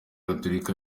gatolika